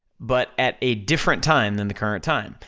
but at a different time than the current time.